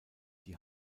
die